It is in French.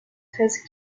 treize